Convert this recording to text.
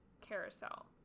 carousel